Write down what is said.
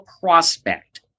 prospect